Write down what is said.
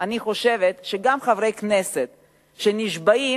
אני חושבת שגם חברי כנסת שנשבעים,